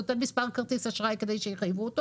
נותן מספר כרטיס אשראי כדי שיחייבו אותו